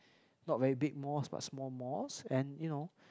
not very big mosque but small mosque and you know